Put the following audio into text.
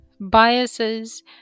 biases